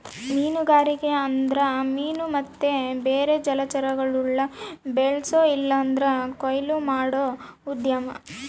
ಮೀನುಗಾರಿಕೆ ಅಂದ್ರ ಮೀನು ಮತ್ತೆ ಬೇರೆ ಜಲಚರಗುಳ್ನ ಬೆಳ್ಸೋ ಇಲ್ಲಂದ್ರ ಕೊಯ್ಲು ಮಾಡೋ ಉದ್ಯಮ